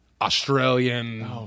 australian